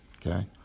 Okay